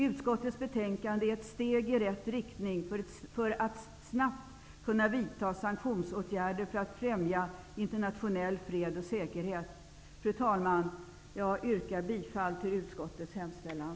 Utskottets betänkande är ett steg i rätt riktning för att snabbt kunna vidta sanktionsåtgärder för att främja internationell fred och säkerhet. Fru talman! Jag yrkar bifall till utskottets hemställan.